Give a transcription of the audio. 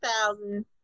thousand